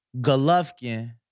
Golovkin